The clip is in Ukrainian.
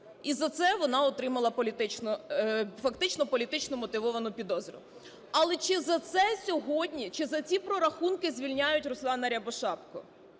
І за це вона отримала політичну… фактично політично мотивовану підозру. Але чи за це сьогодні, чи за ці прорахунки звільняють Руслана Рябошапку?